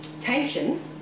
tension